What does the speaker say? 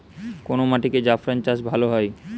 কোন মাটিতে জাফরান চাষ ভালো হয়?